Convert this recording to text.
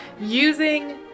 Using